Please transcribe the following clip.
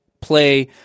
play